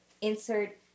Insert